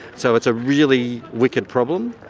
so it's a really wicked problem.